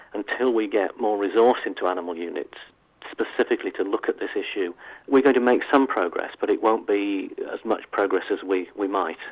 until we get more resource into animal units specifically to look at this issue we can make some progress but it won't be as much progress as we we might.